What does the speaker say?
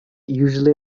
usually